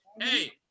hey